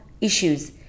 issues